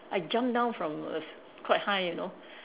I jump down from a quite high you know